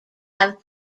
have